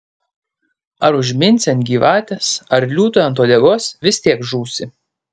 ar užminsi ant gyvatės ar liūtui ant uodegos vis tiek žūsi